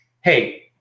hey